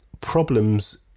problems